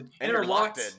Interlocked